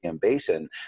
basin